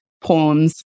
poems